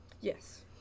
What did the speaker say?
yes